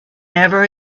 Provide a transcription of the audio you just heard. never